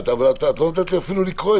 או יכול להיות שיש לו פתרונות